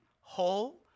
whole